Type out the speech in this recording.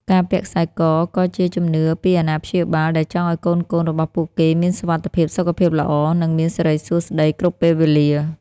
ការពាក់ខ្សែកក៏ជាជំនឿពីអាណាព្យាបាល ដែលចង់ឱ្យកូនៗរបស់ពួកគេមានសុវត្ថិភាព សុខភាពល្អ និងមានសិរីសួស្តីគ្រប់ពេលវេលា។